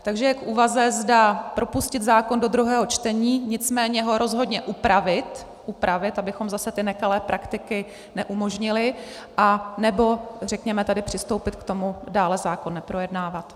Takže je k úvaze, zda propustit zákon do druhého čtení, nicméně ho rozhodně upravit, abychom zase ty nekalé praktiky neumožnili, anebo řekněme tedy přistoupit k tomu dále zákon neprojednávat.